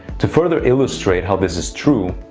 to further illustrate how this is true,